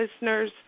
listeners